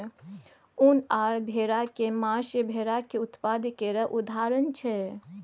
उन आ भेराक मासु भेराक उत्पाद केर उदाहरण छै